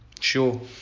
Sure